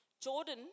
Jordan